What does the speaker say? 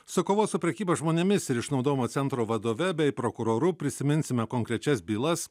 su kovos su prekyba žmonėmis ir išnaudojimo centro vadove bei prokuroru prisiminsime konkrečias bylas